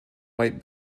white